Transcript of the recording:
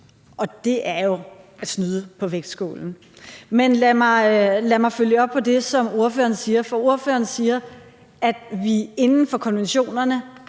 vi. Det er jo at snyde på vægtskålen. Med lad mig følge op på det, som ordføreren siger. For ordføreren siger, at ordføreren gerne inden for konventionerne